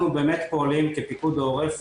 אנחנו באמת פועלים כפיקוד העורף,